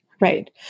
Right